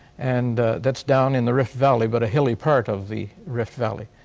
and that's down in the rift valley, but a hilly part of the rift valley.